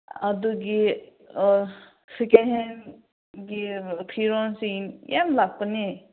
ꯑꯗꯨꯒꯤ ꯁꯦꯀꯦꯟ ꯍꯦꯟꯒꯤ ꯐꯤꯔꯣꯜꯁꯤꯡ ꯌꯥꯝ ꯂꯥꯛꯄꯅꯤ